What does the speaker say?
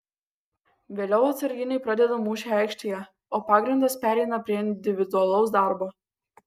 vėliau atsarginiai pradeda mūšį aikštėje o pagrindas pereina prie individualaus darbo